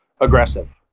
aggressive